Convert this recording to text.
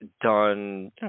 done